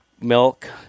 milk